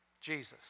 Jesus